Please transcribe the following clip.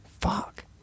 Fuck